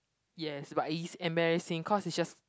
yes but it is embarrassing cause is just